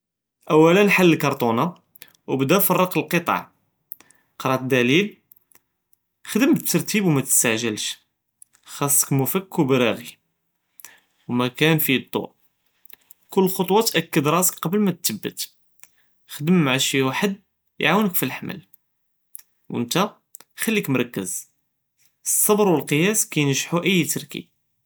אוּלא חַל כַּרְטוּנָה וְבּדָא פַרַק אלקְטַע, קַרָא דַאלִיל, חְדַם בּתַרְתִיב, וְמַתְסְתַעְגֵ'לש, חַסְכּ מְפַק וּבְרַאגִ' וּמְקָאן פִיה דוּא', כל חֻצְוָה תַאכֵּד רַאסְכּ קְבַל מַתְתַבַּת, וְחְדַם מַע שִי וַחַד יְעַאווְנְכּ פִלְחַמְל, וְנְתָא כְּלִּיה מוֹרְכַּז, צַבְּר וַאלְקְיַאס כִּינְגְחּוּ אִי תַרְתִיב.